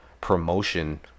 promotion